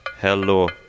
Hello